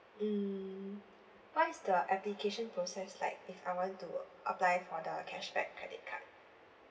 mm what is the application process like if I want to apply for the cashback credit card